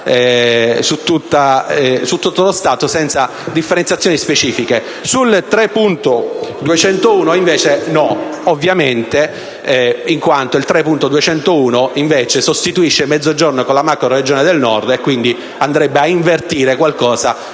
su tutto lo Stato, senza differenziazioni specifiche. Sull'emendamento 3.201 invece no, ovviamente, in quanto esso sostituisce il Mezzogiorno con la Macroregione del Nord, quindi andrebbe ad invertire qualcosa per